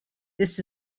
this